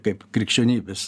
kaip krikščionybės